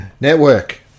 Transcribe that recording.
Network